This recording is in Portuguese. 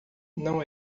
não